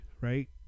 Right